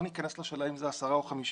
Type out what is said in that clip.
לא ניכנס לשאלה אם זה 10 או 50,